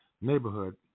neighborhood